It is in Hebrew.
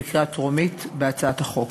בקריאה טרומית, בהצעת החוק.